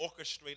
orchestrate